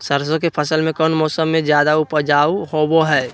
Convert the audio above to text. सरसों के फसल कौन मौसम में ज्यादा उपजाऊ होबो हय?